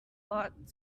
lot